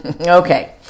Okay